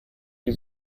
die